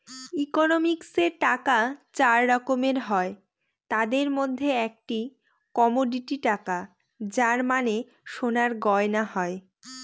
ইকোনমিক্সে টাকা চার রকমের হয় তাদের মধ্যে একটি কমোডিটি টাকা যার মানে সোনার গয়না হয়